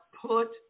put